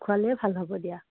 খোৱালে ভাল হ'ব দিয়া